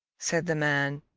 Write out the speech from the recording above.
said the man,